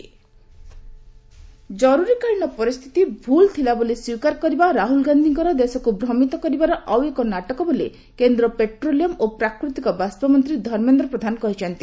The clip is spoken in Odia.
ଧର୍ମେନ୍ଦ୍ର ପ୍ରଧାନ ଜରୁରୀକାଳିନୀ ପରିସ୍ଥିତି ଭୁଲ ଥିଲା ବୋଲି ସ୍ୱୀକାର କରିବା ରାହୁଲଗାନ୍ଧୀଙ୍କର ଦେଶକୁ ଭ୍ରମିତ କରିବାର ଆଉ ଏକ ନାଟକ ବୋଲି କେନ୍ଦ୍ର ପଟ୍ରୋଲିୟମ ଓ ପ୍ରାକୃତିକ ବାଷ୍ପମନ୍ତ୍ରୀ ଧର୍ମେନ୍ଦ୍ର ପ୍ରଧାନ କହିଛନ୍ତି